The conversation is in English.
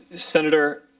senator,